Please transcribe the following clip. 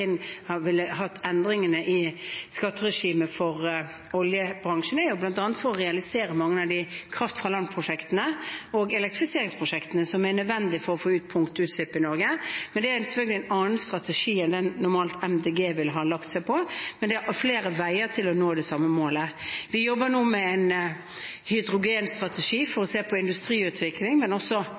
endringene i skatteregimet for oljebransjen, er at vi vil realisere mange av kraft-fra-land-prosjektene og elektrifiseringsprosjektene som er nødvendig for å få ned punktutslipp i Norge. Det er selvfølgelig en annen strategi enn den Miljøpartiet De Grønne normalt ville ha lagt seg på, men det er flere veier til å nå det samme målet. Vi jobber nå med en hydrogenstrategi for å se på industriutvikling, men også